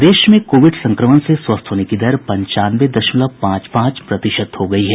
प्रदेश में कोविड संक्रमण से स्वस्थ होने की दर पंचानवे दशमलव पांच पांच प्रतिशत हो गई है